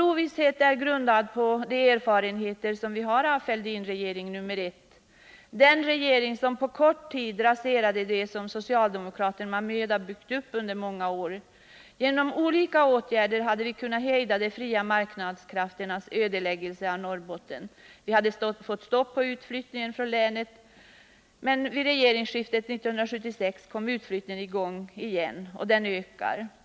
Ovissheten är också grundad på de erfarenheter som vi har av regeringen Fälldin 1, som på kort tid raserade det som socialdemokraterna med möda byggt upp under många år. Genom olika åtgärder hade vi kunnat hejda de fria marknadskrafternas ödeläggelse av Norrbotten. Vi hade fått stopp på utflyttningen från länet. Vid regeringsskiftet 1976 kom dock utflyttningen i gång igen, och den ökar fortfarande.